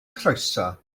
croeso